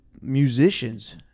musicians